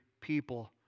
people